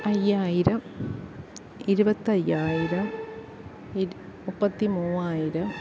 അയ്യായിരം ഇരുപത്തയ്യായിരം ഇരു മുപ്പത്തിമൂവായിരം